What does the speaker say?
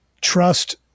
trust